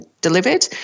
delivered